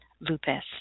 lupus